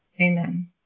Amen